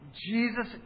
Jesus